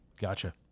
Gotcha